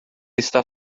está